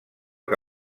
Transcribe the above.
que